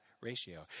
ratio